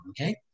okay